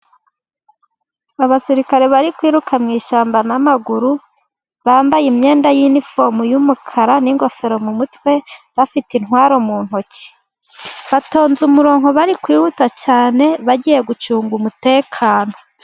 Abasirikare bari kwiruka mu ishyamba n'amaguru. Bambaye imyenda y'iniforume y'umukara, n'ingofero mu mutwe, bafite intwaro mu ntoki. Batonze umurongo bari kwihuta cyane, bagiye gucunga umutekano.